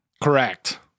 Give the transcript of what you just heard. Correct